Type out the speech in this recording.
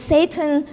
Satan